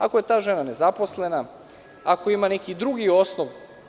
Ako je ta žena nezaposlena, ako ima neki drugi osnov.